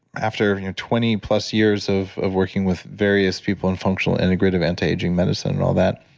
after you know twenty plus-years of of working with various people in functional, integrative anti-aging medicine and all that,